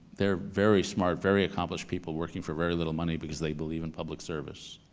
they're very smart, very accomplished people, working for very little money because they believe in public service.